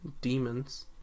demons